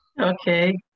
Okay